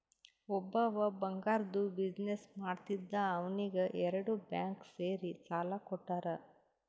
ಒಬ್ಬವ್ ಬಂಗಾರ್ದು ಬಿಸಿನ್ನೆಸ್ ಮಾಡ್ತಿದ್ದ ಅವ್ನಿಗ ಎರಡು ಬ್ಯಾಂಕ್ ಸೇರಿ ಸಾಲಾ ಕೊಟ್ಟಾರ್